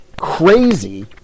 crazy